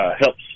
helps